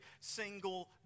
single